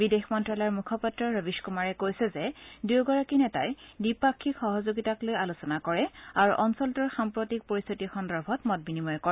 বিদেশ মন্ত্যালয়ৰ মুখপাত্ৰ ৰবীশ কুমাৰে কৈছে যে দুয়োগৰাকী নেতাই দ্বিপাক্ষিক সহযোগিতা লৈ আলোচনা কৰে আৰু অঞ্চলটোৰ সাম্প্ৰতিক পৰিস্থিতি সন্দৰ্ভত মত বিনিময় কৰে